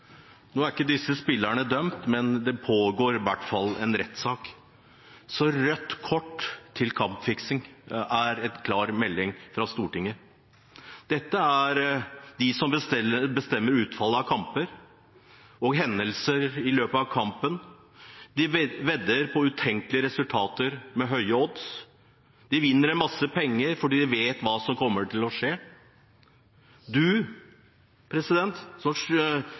Nå er ikke disse spillerne dømt, men det pågår i hvert fall en rettssak. Så rødt kort til kampfiksing er en klar melding fra Stortinget. Dette er de som bestemmer utfallet av kamper og hendelser i løpet av kampen. De vedder på utenkelige resultater med høye odds. De vinner masse penger fordi de vet hva som kommer til å skje.